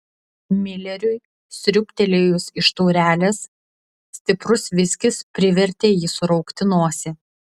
mileriui sriūbtelėjus iš taurelės stiprus viskis privertė jį suraukti nosį